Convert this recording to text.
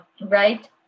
right